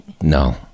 No